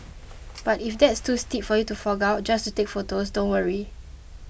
but if that's too steep for you to fork out just to take photos don't worry